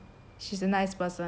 she's a nice person